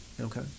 Okay